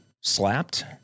slapped